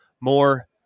more